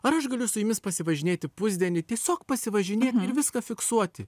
ar aš galiu su jumis pasivažinėti pusdienį tiesiog pasivažinėt ir viską fiksuoti